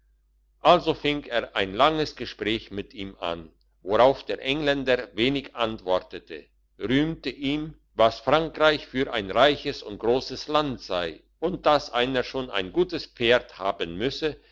also fing er ein langes gespräch mit ihm an worauf der engländer wenig antwortete rühmte ihm was frankreich für ein reiches und grosses land sei und dass einer schon ein gutes pferd haben müsse